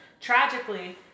tragically